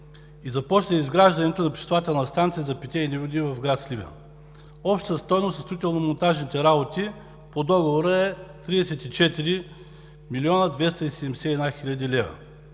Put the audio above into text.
и започна изграждането на пречиствателна станция за питейни води в град Сливен. Общата стойност на строително-монтажните работи по договора е 34 млн. 271 хил. лв.,